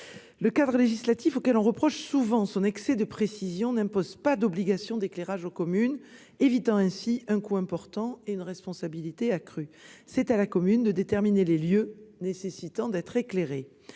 le cadre législatif, auquel on reproche souvent son excès de précision, n'impose pas d'obligation d'éclairage aux communes, leur évitant ainsi un coût important et une responsabilité accrue. C'est à la commune de déterminer les lieux nécessitant d'être éclairés.